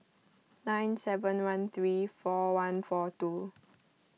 nine seven one three four one four two